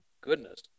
Goodness